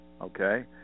okay